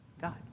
God